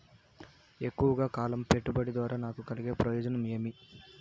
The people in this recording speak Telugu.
ఎక్కువగా కాలం పెట్టుబడి ద్వారా నాకు కలిగే ప్రయోజనం ఏమి?